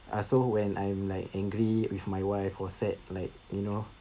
ah so when I'm like angry with my wife or sad like you know